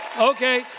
Okay